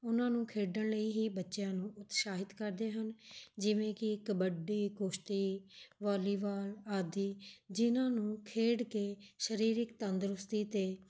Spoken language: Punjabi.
ਉਹਨਾਂ ਨੂੰ ਖੇਡਣ ਲਈ ਹੀ ਬੱਚਿਆਂ ਨੂੰ ਉਤਸ਼ਾਹਿਤ ਕਰਦੇ ਹਨ ਜਿਵੇਂ ਕਿ ਕਬੱਡੀ ਕੁਸ਼ਤੀ ਵਾਲੀਬਾਲ ਆਦਿ ਜਿਨ੍ਹਾਂ ਨੂੰ ਖੇਡ ਕੇ ਸਰੀਰਿਕ ਤੰਦਰੁਸਤੀ ਅਤੇ